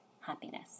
happiness